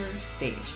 stage